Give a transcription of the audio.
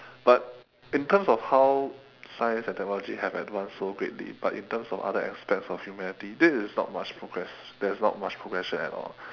but in terms of how science and technology have advanced so greatly but in terms of other aspects of humanity this is not much progress there is not much progression at all